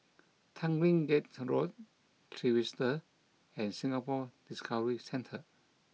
Tanglin Gate Road Trevista and Singapore Discovery Centre